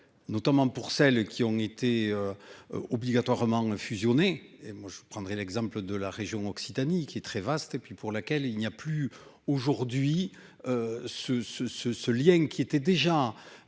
notamment pour celles qui ont été. Obligatoirement fusionner et moi je prendrai l'exemple de la région Occitanie qui est très vaste, et puis pour laquelle il n'y a plus aujourd'hui. Ce ce ce ce lien qui était déjà.